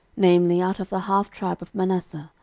namely, out of the half tribe of manasseh,